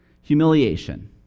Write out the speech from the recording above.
Humiliation